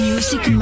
Music